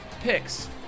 picks